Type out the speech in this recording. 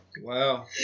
Wow